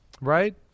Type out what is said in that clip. right